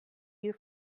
you